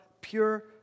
pure